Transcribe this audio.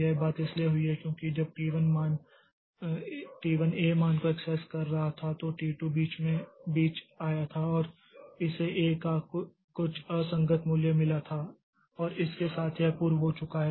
यह बात इसलिए हुई है क्योंकि जब टी 1 A मान को एक्सेस कर रहा था तो टी 2 बीच आया था और इसे ए का कुछ असंगत मूल्य मिला था और इसके साथ यह पूर्व हो चुका है